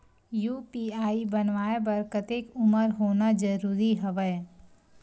UPI बनवाय बर कतेक उमर होना जरूरी हवय?